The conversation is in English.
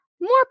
more